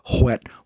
wet